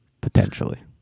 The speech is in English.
potentially